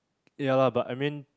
ya lah but I mean